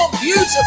beautiful